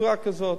בצורה כזאת.